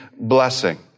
blessing